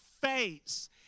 face